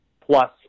plus